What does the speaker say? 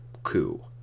Coup